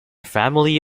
family